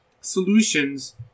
solutions